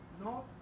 no